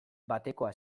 batekoa